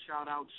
shout-out